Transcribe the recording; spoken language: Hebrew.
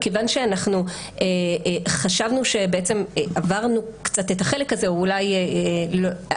מכיוון שאנחנו חשבנו שבעצם עברנו קצת את החלק הזה לא,